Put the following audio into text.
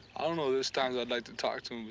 i don't know, there's times i'd like to talk to